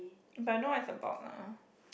but I know it's the box lah